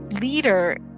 leader